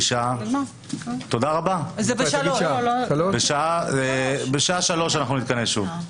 תודה רבה, בשעה 15:00 נתכנס שוב.